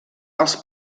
els